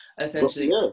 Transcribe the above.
essentially